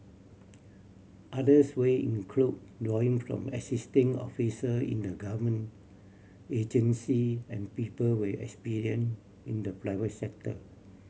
others way include drawing from existing officer in the government agency and people with experience in the private sector